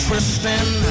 Twisting